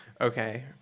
Okay